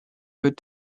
good